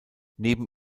neben